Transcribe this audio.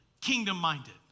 kingdom-minded